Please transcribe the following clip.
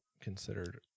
considered